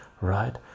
right